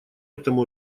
этому